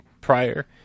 prior